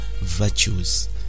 virtues